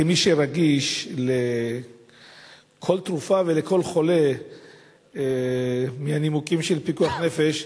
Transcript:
כמי שרגיש לכל תרופה ולכל חולה מהנימוקים של פיקוח נפש,